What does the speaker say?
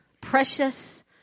precious